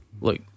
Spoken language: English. Look